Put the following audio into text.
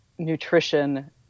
Nutrition